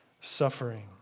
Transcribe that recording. suffering